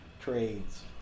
trades